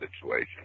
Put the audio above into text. situation